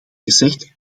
gezegd